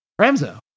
Ramzo